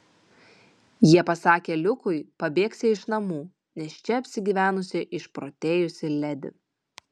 jie pasakė liukui pabėgsią iš namų nes čia apsigyvenusi išprotėjusi ledi